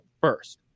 first